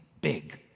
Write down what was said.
big